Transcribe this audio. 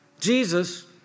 Jesus